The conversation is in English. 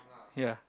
ya